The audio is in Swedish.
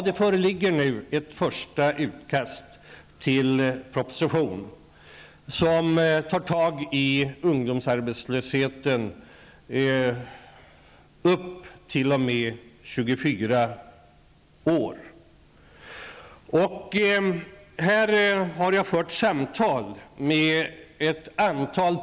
Det föreligger nu ett första utkast till en proposition med förslag till åtgärder för att komma till rätta med arbetslösheten bland ungdomar upp till 24 års ålder.